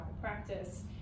practice